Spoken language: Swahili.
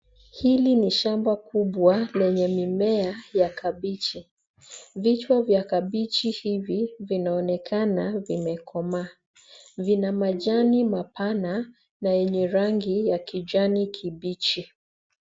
Hili ni shamba kubwa lenye mimea ya kabichi. Vichwa vya kabichi hivi vinaonekana vimekoma. Vina majani mapana na yenye rangi ya kijani kibichi.